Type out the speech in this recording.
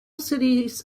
cities